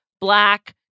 black